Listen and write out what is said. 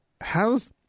How's